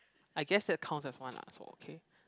I guess that counts as one lah so okay